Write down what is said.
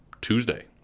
Tuesday